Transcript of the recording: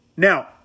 Now